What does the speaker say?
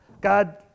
God